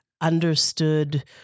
understood